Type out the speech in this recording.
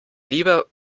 lieber